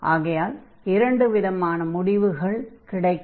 ஆகையால் இரண்டு விதமான முடிவுகள் கிடைக்கும்